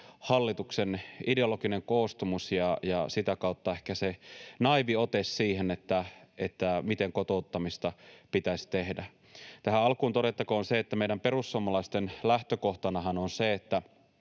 hallituksen ideologinen koostumus ja sitä kautta ehkä se naiivi ote siihen, miten kotouttamista pitäisi tehdä. Tähän alkuun todettakoon, että meidän perussuomalaisten lähtökohtanahan on se, että